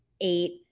eight